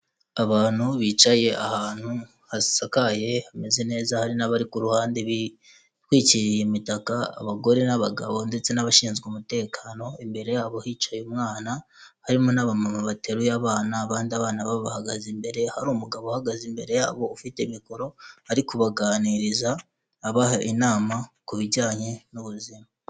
Abantu bicaye ahantu hasakaye hameze neza hari n'abari ku ruhande bitwikiriye imitaka abagore n'abagabo ndetse n'abashinzwe umutekano imbere yabo hicaye umwana harimo n'abamama bateruye abana abandi bana ba bahagaze imbere, hari umugabo uhagaze imbere yabo ufite mikoro ari kubaganiriza abaha inama ku bijyanye n'ubuzima.